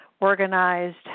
organized